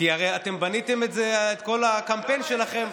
כי אתם הרי בניתם את כל הקמפיין שלכם,